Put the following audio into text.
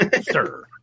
sir